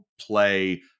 play